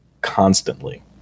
constantly